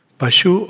Pashu